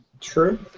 True